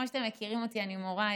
כמו שאתם מכירים אותי, אני מורה.